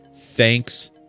Thanks